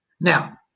Now